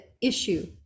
issue